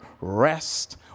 rest